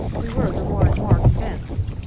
we were the more and more convinced,